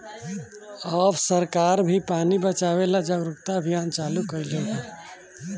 अब सरकार भी पानी बचावे ला जागरूकता अभियान चालू कईले बा